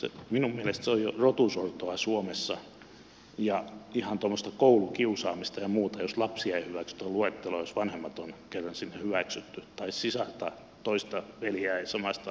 minun mielestäni se on jo rotusortoa suomessa ja ihan koulukiusaamista ja muuta jos lapsia ei hyväksytä luetteloon jos vanhemmat on kerran sinne hyväksytty tai sisarta toista veljeä ei samoista vanhemmista hyväksytä